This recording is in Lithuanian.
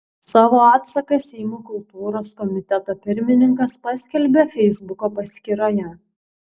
savo atsaką seimo kultūros komiteto pirmininkas paskelbė feisbuko paskyroje